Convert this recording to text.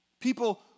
People